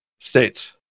States